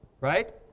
right